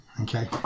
Okay